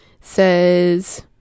says